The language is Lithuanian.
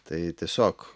tai tiesiog